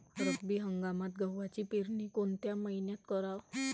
रब्बी हंगामात गव्हाची पेरनी कोनत्या मईन्यात कराव?